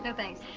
and thanks.